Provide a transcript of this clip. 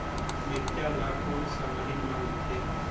मिरचा ला कोन सा महीन मां उगथे?